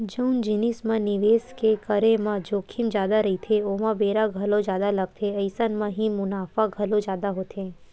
जउन जिनिस म निवेस के करे म जोखिम जादा रहिथे ओमा बेरा घलो जादा लगथे अइसन म ही मुनाफा घलो जादा होथे